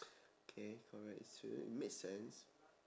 K correct it's true it makes sense